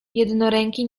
jednoręki